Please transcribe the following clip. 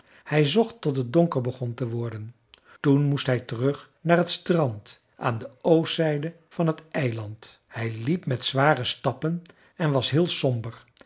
hij zocht tot het donker begon te worden toen moest hij terug naar het strand aan de oostzijde van het eiland hij liep met zware stappen en was heel somber